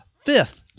fifth